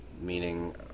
meaning